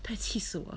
大气死我了